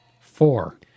Four